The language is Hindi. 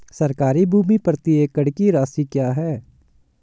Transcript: सरकारी भूमि प्रति एकड़ की राशि क्या है?